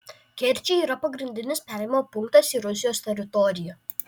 kerčė yra pagrindinis perėjimo punktas į rusijos teritoriją